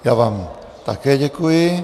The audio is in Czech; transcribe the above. Já vám také děkuji.